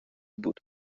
بود